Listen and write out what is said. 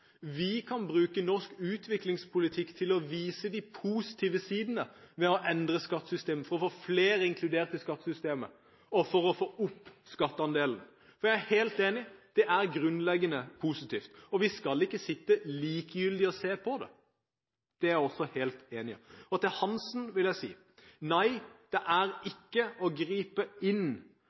vi kan bruke norsk utviklingspolitikk til å vise de positive sidene ved å endre skattesystemet for å få flere inkludert i skattesystemet og få opp skatteandelen. Jeg er helt enig i at det er grunnleggende positivt. Vi skal ikke sitte likegyldig og se på det, det er jeg også helt enig i. Til representanten Eva Kristin Hansen vil jeg si: Nei, det er ikke å gripe inn